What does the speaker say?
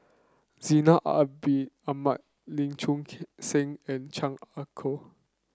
Zainal Abidin Ahmad Lee Choon Seng and Chan Ah Kow